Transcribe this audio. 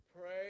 Pray